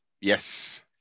Yes